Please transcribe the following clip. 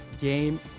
game